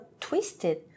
twisted